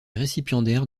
récipiendaire